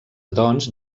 doncs